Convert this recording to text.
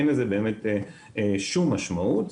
אין לזה שום משמעות.